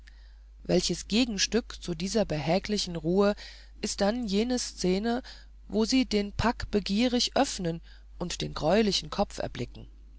welches gegenstück zu dieser behäglichen ruhe ist dann jene szene wo sie den pack begierig öffnen und den greulichen kopf erblicken